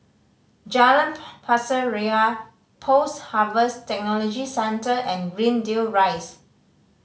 Jalan Pasir Ria Post Harvest Technology Centre and Greendale Rise